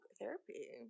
therapy